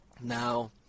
Now